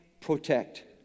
protect